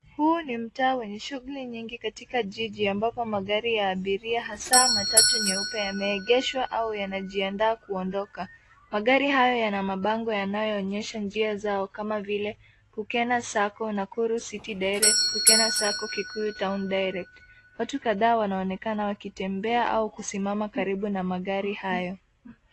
Huu ni mtaa wenye shughuli nyingi katika jiji ambapo magari ya abiria hasa matatu nyeupe yameegeshwa au yanajiandaa kuondoka. Magari hayo yana mabango yanayoonyesha njia zao kama vile Kukenna Sacco na Nakuru City Direct, Kukenna Sacco Kikuyu Town Direct. Watu kadhaa wanaonekana wakitembea au kusimama karibu na magari haya.